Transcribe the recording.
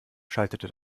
schaltete